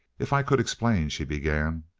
if i could explain she began.